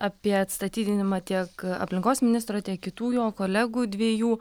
apie atstatydinimą tiek aplinkos ministro tiek kitų jo kolegų dviejų